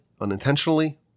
unintentionally